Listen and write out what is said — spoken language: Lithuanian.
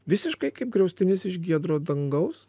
visiškai kaip griaustinis iš giedro dangaus